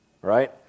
right